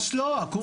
זה ממש לא נכון.